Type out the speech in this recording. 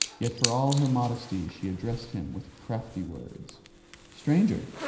yet for all her modesty she addressed him with crafty words stranger,